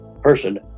person